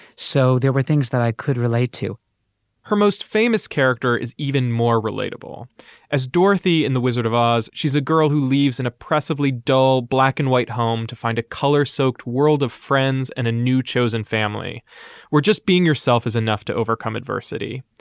so there were things that i could relate to her most famous character is even more relatable as dorothy in the wizard of oz. she's a girl who leaves an oppressively dull black and white home to find a color soaked world of friends and a new chosen family we're just being yourself is enough to overcome adversity.